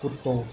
कुत्तो